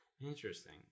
Interesting